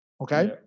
Okay